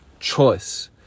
choice